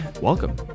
welcome